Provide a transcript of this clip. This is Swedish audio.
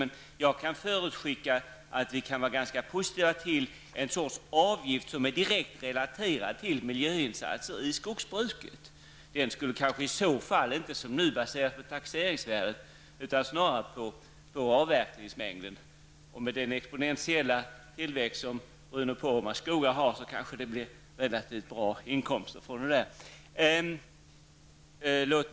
Jag kan dock förutskicka att vi kan vara ganska positiva till en sorts avgift som är direkt relaterad till miljöinsatser i skogsbruket. Den skulle kanske i så fall inte som i dag baseras på taxeringsvärdet utan snarare på avverkningsmängden. Med den exponentiella tillväxt som Bruno Poromaas skogar har blir det kanske relativt bra inkomster.